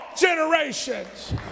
generations